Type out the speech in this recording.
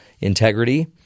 integrity